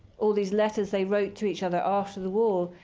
all these letters they wrote to each other after the war,